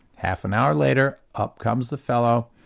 half an hour later up comes the fellow,